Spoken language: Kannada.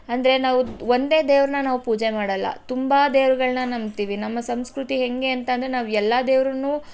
ಅಂದರೆ ನಾವು ಒಂದೇ ದೇವ್ರನ್ನ ನಾವು ಪೂಜೆ ಮಾಡಲ್ಲ ತುಂಬ ದೇವರುಗಳನ್ನ ನಂಬ್ತೀವಿ ನಮ್ಮ ಸಂಸ್ಕೃತಿ ಹೇಗೆ ಅಂತ ಅಂದರೆ ನಾವು ಎಲ್ಲ ದೇವ್ರನ್ನು